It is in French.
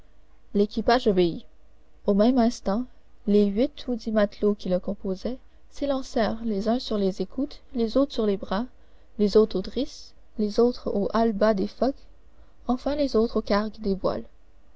l'équipage obéit au même instant les huit ou dix matelots qui le composaient s'élancèrent les uns sur les écoutes les autres sur les bras les autres aux drisses les autres aux hallebas des focs enfin les autres aux cargues des voiles